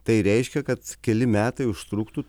tai reiškia kad keli metai užtruktų